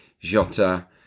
Jota